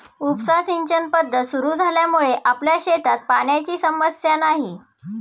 उपसा सिंचन पद्धत सुरु झाल्यामुळे आपल्या शेतात पाण्याची समस्या नाही